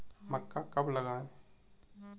मक्का कब लगाएँ?